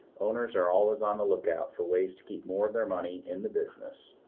owners are always on the lookout for ways to keep more of their money in the business.